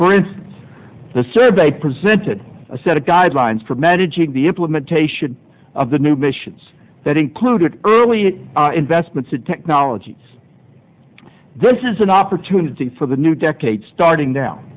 instance the survey presented a set of guidelines for managing the implementation of the new missions that included early investments in technologies this is an opportunity for the new decade starting dow